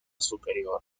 superior